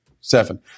Seven